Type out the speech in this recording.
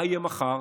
מה יהיה מחר?